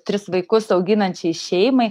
tris vaikus auginančiai šeimai